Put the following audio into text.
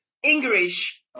English